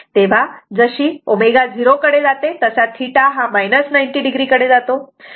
तेव्हा जशी ω झिरो कडे जाते तसा θ हा 90 o कडे जातो